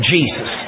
Jesus